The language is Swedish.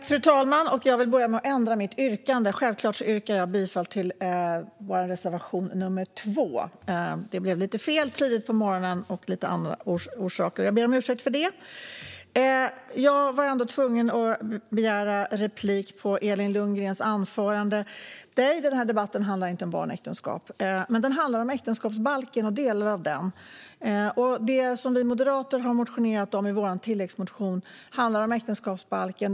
Fru talman! Jag vill börja med att ändra mitt yrkande. Självklart yrkar jag bifall till vår reservation nr 2. Det blev lite fel så här tidigt på morgonen av olika orsaker. Jag ber om ursäkt för det. Jag var tvungen att begära replik på Elin Lundgrens anförande. Nej, den här debatten handlar inte om barnäktenskap. Men den handlar om delar av äktenskapsbalken. Det som vi moderater har motionerat om i vår tilläggsmotion handlar om äktenskapsbalken.